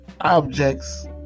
objects